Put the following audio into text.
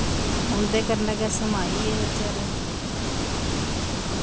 उं'दे कन्नै गै समाई गे बचारे